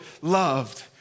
loved